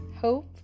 Hope